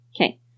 Okay